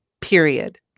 period